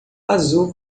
azul